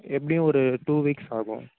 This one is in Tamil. எப்படியும் ஒரு டூ வீக்ஸ் ஆகும்